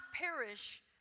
perish